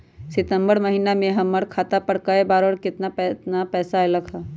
सितम्बर महीना में हमर खाता पर कय बार बार और केतना केतना पैसा अयलक ह?